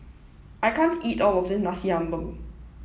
I can't eat all of this Nasi Ambeng